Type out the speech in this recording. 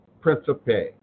Principe